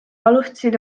alustasid